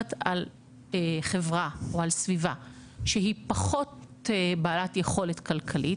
מדברת על חברה או על סביבה שהיא פחות בעלת יכולת כלכלית,